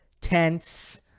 Tense